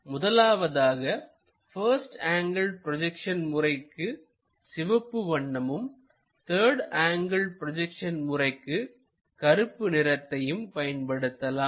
முதலாவதாக first angle projection முறைகளுக்கு சிவப்பு வண்ணமும் த்தர்டு ஆங்கிள் ப்ரொஜெக்ஷன் முறைகளுக்கு கருப்பு நிறத்தையும் பயன்படுத்தலாம்